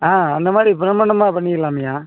ஆ அந்த மாதிரி பிரம்மாண்டமான பண்ணிரலாம்ய்யா